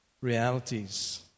realities